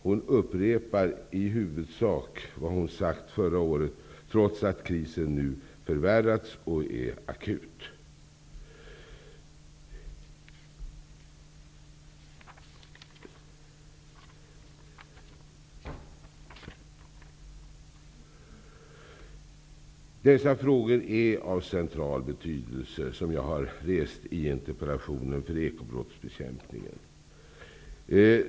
Hon upprepar i huvudsak vad hon sade förra året, trots att krisen nu har förvärrats och är akut. Dessa frågor som jag har rest i interpellationen är av central betydelse för ekobrottsbekämpningen.